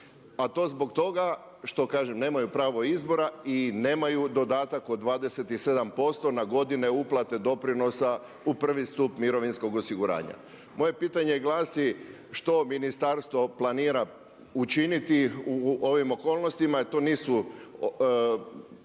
a to zbog toga što kažem nemaju pravo izbora i nemaju dodatak od 27% na godine uplate doprinosa u prvi stup mirovinskog osiguranja. Moje pitanje glasi, što ministarstvo planira učiniti u ovim okolnostima jer to nisu